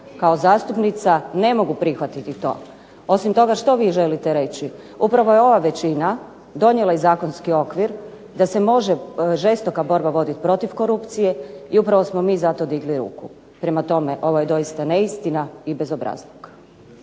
Kao zastupnica ne mogu prihvatiti to. Osim toga što vi želite reći? Upravo je ova većina donijela i zakonski okvir da se može žestoka borba voditi protiv korupcije i upravo smo mi za to digli ruku. Prema tome, ovo je doista neistina i bezobrazluk!